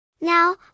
Now